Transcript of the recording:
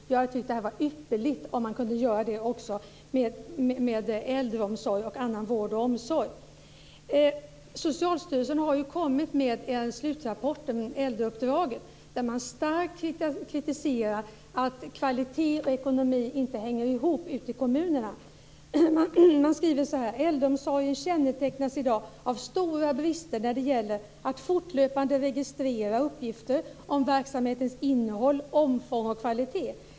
Jag skulle tycka att det vore ypperligt om man kunde göra så här också med äldreomsorg och annan vård och omsorg. Socialstyrelsen har kommit med en slutrapport, Äldreuppdraget, där man starkt kritiserar att kvalitet och ekonomi inte hänger ihop ute i kommunerna. Man skriver så här: Äldreomsorgen kännetecknas i dag av stora brister när det gäller att fortlöpande registrera uppgifter om verksamhetens innehåll, omfång och kvalitet.